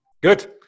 Good